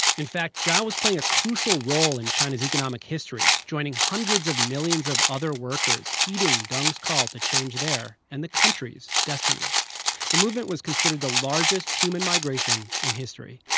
in fact, zhao was playing a crucial role in china's economic history, joining hundreds of millions of other workers heeding deng's call to change their and their country's destiny the movement was considered the largest human migration in history